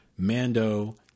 Mando